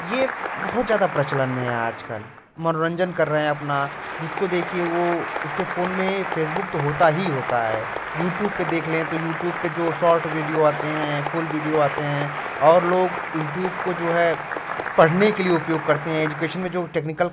ये बहुत ज़्यादा प्रचलन में है आजकल मनोरंजन कर रहे हैं अपना जिसको देखिए वो उसके फ़ोन में फ़ेसबुक तो होता ही होता है यूटूब पे देख लें तो यूटूब पे जो सॉर्ट वीडियो आते हैं फ़ुल वीडियो आते हैं और लोग यूटूब को जो है पढ़ने के लिए उपयोग करते हैं एजुकेशन में जो टेक्निकल